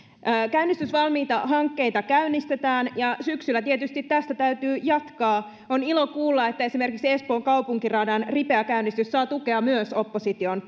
käynnistysvalmiita hankkeita käynnistetään ja syksyllä tietysti tästä täytyy jatkaa on ilo kuulla että esimerkiksi espoon kaupunkiradan ripeä käynnistys saa tukea myös opposition